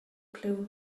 clue